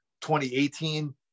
2018